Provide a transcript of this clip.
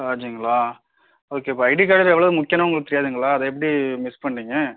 ராஜிங்லா ஓகேபா ID card எவ்வளோ முக்கியம்ன்னு உங்களுக்கு தெரியாதுங்களா அது எப்படி மிஸ் பண்ணீங்க